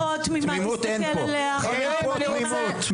אין פה תמימות,